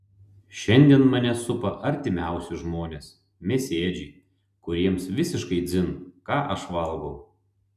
šiandien mane supa artimiausi žmonės mėsėdžiai kuriems visiškai dzin ką aš valgau